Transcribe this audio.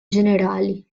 generali